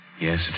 Yes